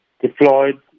deployed